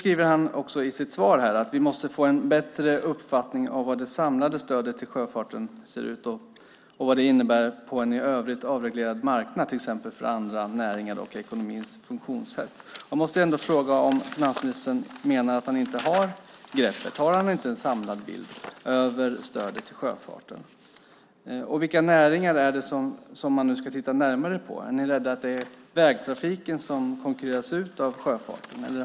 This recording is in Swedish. Finansministern skriver i interpellationssvaret: "Vi måste även få en bättre uppfattning av det samlade stödet till sjöfarten och vad det innebär på en i övrigt avreglerad marknad, till exempel för andra näringar och ekonomins funktionssätt." Jag måste ändå fråga om finansministern menar att han inte har greppet. Har han inte en samlad bild av stödet till sjöfarten? Vilka näringar är det som man nu ska titta närmare på? Är ni rädda för att vägtrafiken ska konkurreras ut av sjöfarten?